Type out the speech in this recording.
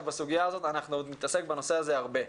בסוגיה הזאת ואנחנו עוד נתעסק בנושא הזה הרבה,